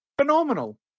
phenomenal